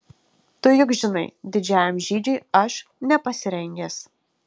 tu juk žinai didžiajam žygiui aš nepasirengęs